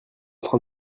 train